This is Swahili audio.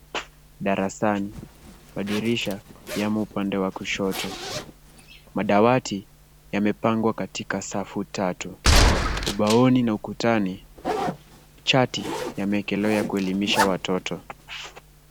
Darasani, madirisha yamo upande wa kushoto. Madawati yamepangwa katika safu tatu. Ubaoni na ukutani, chati yameekelewa kuelimisha watoto.